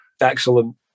Excellent